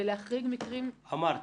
ולהחריג מקרים אחרים.